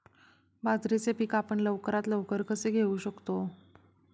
बाजरीचे पीक आपण लवकरात लवकर कसे घेऊ शकतो?